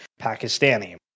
Pakistani